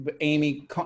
Amy